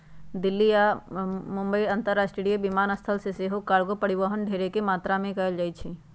दिल्ली आऽ मुंबई अंतरराष्ट्रीय विमानस्थल से सेहो कार्गो परिवहन ढेरेक मात्रा में कएल जाइ छइ